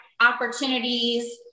opportunities